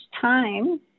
time